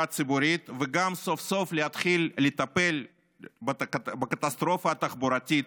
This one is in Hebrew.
הציבורית וגם סוף-סוף להתחיל לטפל בקטסטרופה התחבורתית